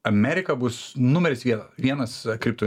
amerika bus numeris viena vienas kripto